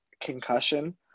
concussion